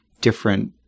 different